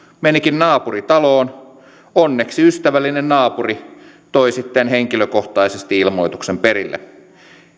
menikin naapuritaloon onneksi ystävällinen naapuri toi sitten henkilökohtaisesti ilmoituksen perille